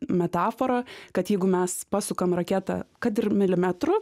metaforą kad jeigu mes pasukam raketą kad ir milimetru